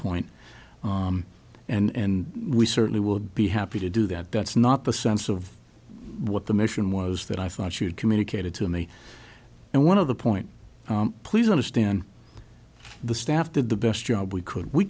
point and we certainly would be happy to do that that's not the sense of what the mission was that i thought you'd communicated to me and one of the point please understand the staff did the best job we could we